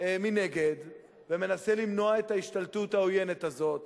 מנגד ומנסה למנוע את ההשתלטות העוינת הזאת